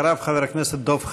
אחריו, חבר הכנסת דב חנין.